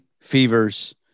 fevers